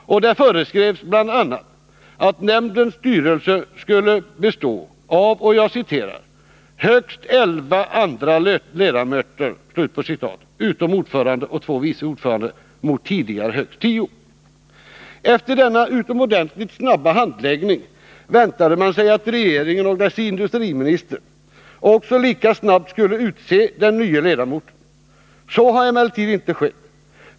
Där föreskrevs att nämndens styrelse skulle bestå av ”högst elva andra ledamöter” utom ordföranden och två vice ordförande mot tidigare högst tio. Efter denna utomordentligt snabba handläggning väntade man sig att regeringen och dess industriminister också lika snabbt skulle utse den nya ledamoten. Så har emellertid inte skett.